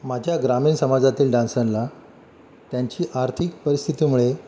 माझ्या ग्रामीण समाजातील डान्सला त्यांची आर्थिक परिस्थितीमुळे